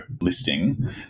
listing